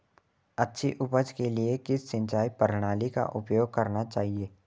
अच्छी उपज के लिए किस सिंचाई प्रणाली का उपयोग करना चाहिए?